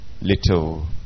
little